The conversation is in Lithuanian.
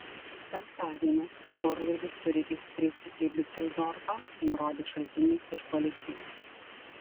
penktadienį orlaivis turi išskristi į diuseldorfą nurodė šaltinis iš policijos